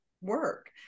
work